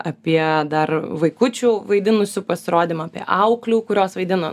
apie dar vaikučių vaidinusių pasirodymą apie auklių kurios vaidino